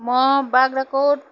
म बाख्राकोट